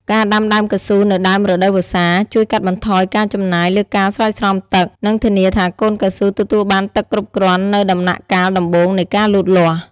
ការដាំដើមកៅស៊ូនៅដើមរដូវវស្សា ជួយកាត់បន្ថយការចំណាយលើការស្រោចស្រពទឹក និងធានាថាកូនកៅស៊ូទទួលបានទឹកគ្រប់គ្រាន់នៅដំណាក់កាលដំបូងនៃការលូតលាស់។